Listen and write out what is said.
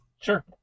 Sure